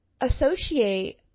associate